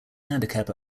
handicap